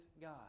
God